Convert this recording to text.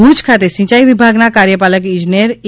ભુજ ખાતે સિંચાઇ વિભાગના કાર્યપાલક ઈજનેર એ